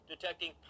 detecting